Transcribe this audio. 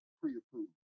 pre-approved